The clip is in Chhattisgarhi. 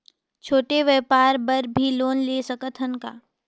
छोटे व्यापार बर भी लोन ले सकत हन का?